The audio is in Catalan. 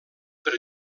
per